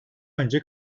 önce